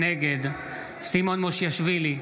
נגד סימון מושיאשוילי,